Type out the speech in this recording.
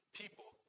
people